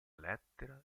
lettera